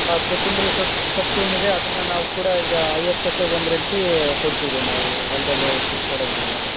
ಹಾಂ ಕೊತ್ತಂಬರಿ ಸೊಪ್ಪು ಸೊಪ್ಪು ಏನಿದೆ ಅದನ್ನು ನಾವು ಕೂಡ ಈಗ ಐವತ್ತು ಪೈಸೆಗೆ ಒಂದರಂತೆ ಕೊಡ್ತೀವಿ ರೀ ನಾವು ಹೊಲ್ದಲ್ಲೆ ಕಿತ್ತು ಕೊಡೋದರಿಂದ